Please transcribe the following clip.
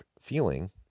feeling